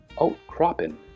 outcropping